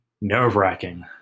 nerve-wracking